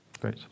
Great